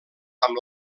amb